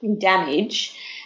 Damage